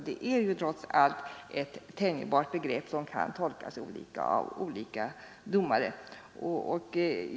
Det är trots allt ett tänjbart begrepp som kan tolkas olika av olika domare.